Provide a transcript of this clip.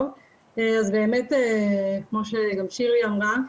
באמת כמו שגם שירלי אמרה,